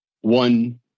one